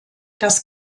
das